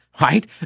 right